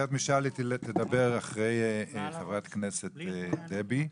הגברת משאלי תדבר אחרי חברת הכנסת דבי ביטון.